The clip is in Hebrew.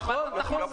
נכון.